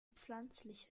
pflanzlich